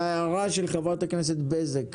וההערה של חברת הכנסת בזק,